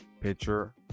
picture